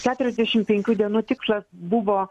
keturiasdešimt penkių dienų tikslas buvo